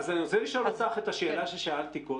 אז אני רוצה לשאול אותך את השאלה ששאלתי את